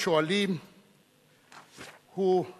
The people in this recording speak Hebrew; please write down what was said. הכספים והמינהל של ועדת השירותים הרפואיים ברשות הפלסטינית 7